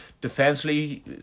defensively